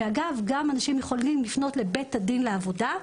ואגב גם אנשים יכולים לפנות לבית הדין לעבודה,